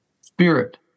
spirit